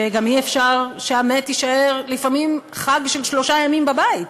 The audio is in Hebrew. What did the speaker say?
שגם אי-אפשר שהמת יישאר לפעמים בחג של שלושה ימים בבית.